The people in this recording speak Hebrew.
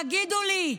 תגידו לי,